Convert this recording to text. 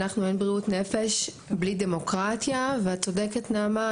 אנחנו בריאות נפש בלי דמוקרטיה ואת צודקת נעמה,